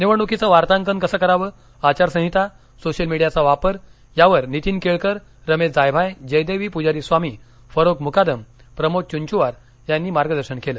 निवडणुकीचं वार्ताकन कसं करावं आघारसंहिता सोशल मीडियाचा वापर यावर नीतीन केळकर रमेश जायभाये जयदेवी पूजारी स्वामी फरोग मुकादम प्रमोद चुंचुवार यांनी मार्गदर्शन केलं